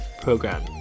program